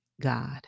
God